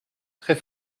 très